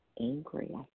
angry